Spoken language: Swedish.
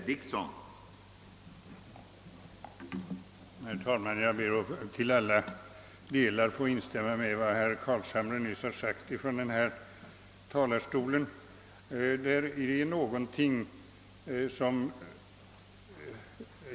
Herr talman! Jag ber att till alla delar få instämma i vad herr Carlshamre nyss sade från denna talarstol.